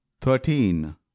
Thirteen